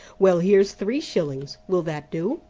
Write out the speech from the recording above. well, here's three shillings. will that do?